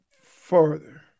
further